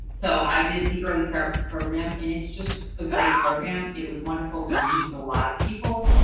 so i did the early start program, and it's just a great program. it was wonderful to meet a lot of people.